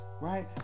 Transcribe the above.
right